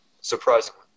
Surprisingly